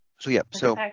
so yep so